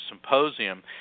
symposium